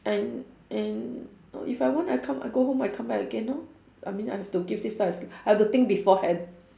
and and no if I want I come I go home I come back again lor I mean I have to give this I have to think beforehand